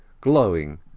glowing